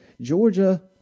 Georgia